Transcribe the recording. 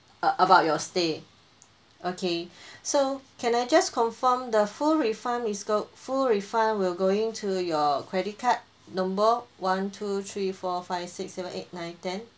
uh about your stay okay so can I just confirm the full refund is go full refund will going to your credit card number one two three four five six seven eight nine ten